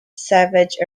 savage